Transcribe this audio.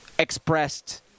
expressed